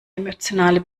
emotionale